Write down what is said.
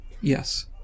Yes